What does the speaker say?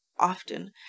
often